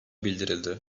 bildirildi